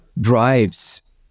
drives